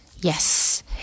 Yes